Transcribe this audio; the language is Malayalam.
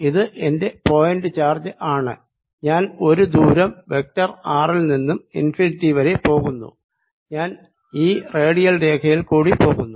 ഇത് എന്റെ പോയിന്റ് ചാർജ് ആണ് ഞാൻ ഒരു ദൂരം വെക്ടർ r ൽ നിന്നും ഇൻഫിനിറ്റി വരെ പോകുന്നു ഞാൻ ഈ റേഡിയൽ രേഖയിൽക്കൂടി പോകുന്നു